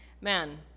man